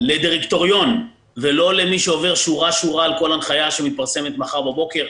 לדירקטוריון ולא למי שעובר שורה-שורה על כל הנחיה שמתפרסמת מחר בבוקר,